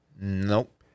Nope